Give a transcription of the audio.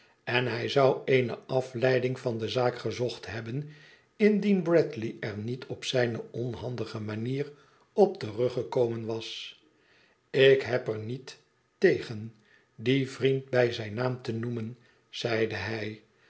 en hij zou eene afleiding van de zaak gezocht hebben indien bradley er niet op zijne onhandige manier op teruggekomen was ik heb er niet tegen dien vriend bij zijn naam te noemen zeide hij